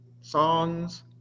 songs